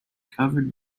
covered